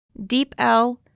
DeepL